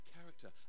character